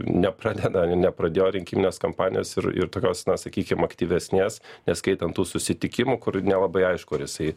nepradeda ir nepradėjo rinkiminės kampanijos ir ir tokios na sakykim aktyvesnės neskaitant tų susitikimų kur nelabai aišku ar jisai